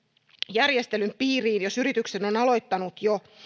järjestelyn piiriin jos yrityksen on aloittanut jo